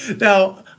Now